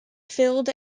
filled